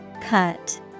Cut